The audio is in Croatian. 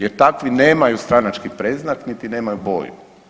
Jer takvi nemaju stranački predznak niti nemaju boju.